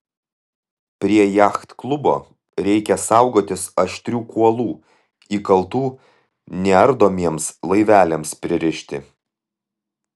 prie jachtklubo reikia saugotis aštrių kuolų įkaltų neardomiems laiveliams pririšti